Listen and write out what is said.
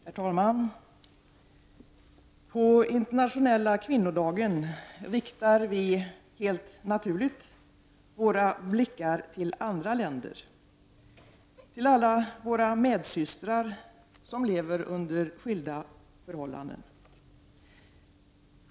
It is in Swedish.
Herr talman! På internationella kvinnodagen riktar vi, helt naturligt, våra blickar till andra länder, till alla våra medsystrar som lever under vitt skilda förhållanden.